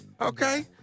okay